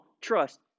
trust